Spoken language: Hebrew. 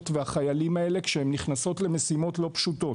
והחיילים האלה כשהם נכנסים למשימות לא פשוטות: